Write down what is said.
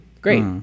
Great